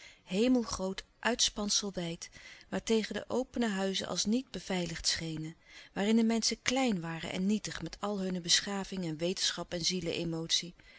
hemelgroot uitspanselwijd waartegen de opene huizen als niet beveiligd schenen waarin de menschen klein waren en nietig met al hunne beschaving en wetenschap en